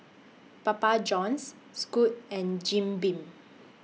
Papa Johns Scoot and Jim Beam